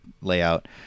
layout